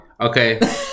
okay